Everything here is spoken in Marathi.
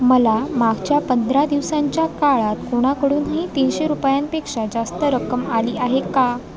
मला मागच्या पंधरा दिवसांच्या काळात कोणाकडूनही तीनशे रुपयांपेक्षा जास्त रक्कम आली आहे का